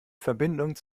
verbindung